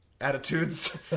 attitudes